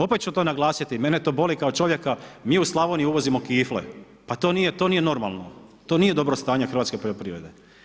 Opet ću to naglasiti, mene to boli kao čovjeka mi u Slavoniji uvozimo kifle, pa to nije normalno, to nije dobro stanje hrvatske poljoprivrede.